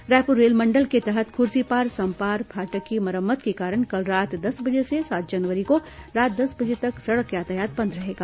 रायपुर रेलमंडल के तहत खुर्सीपार समपार फाटक की मरम्मत के कारण कल रात दस बजे से सात जनवरी को रात दस बजे तक सड़क यातायात बंद रहेगा